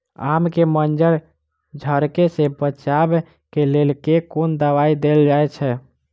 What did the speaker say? आम केँ मंजर झरके सऽ बचाब केँ लेल केँ कुन दवाई देल जाएँ छैय?